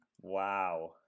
wow